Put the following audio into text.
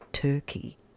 Turkey